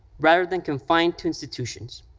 rather than confined to institutions.